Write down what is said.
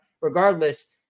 regardless